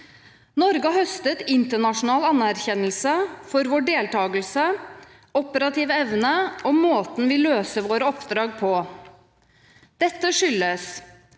Norge har høstet internasjonal anerkjennelse for vår deltakelse, operative evne og måten vi løser våre oppdrag på. Dette skyldes